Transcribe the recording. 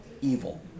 evil